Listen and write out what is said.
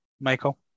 Michael